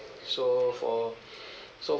so for so